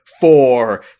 four